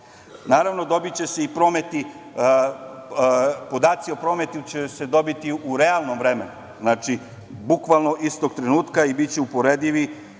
podaci o prometu će se dobiti u realnom vremenu, bukvalno istog trenutka i biće uporedivi